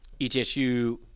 ETSU